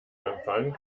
empfang